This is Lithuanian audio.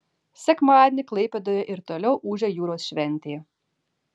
sekmadienį klaipėdoje ir toliau ūžė jūros šventė